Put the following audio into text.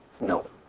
No